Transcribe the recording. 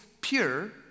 pure